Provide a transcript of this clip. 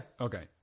Okay